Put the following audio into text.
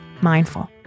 mindful